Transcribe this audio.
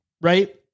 right